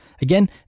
Again